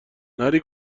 نری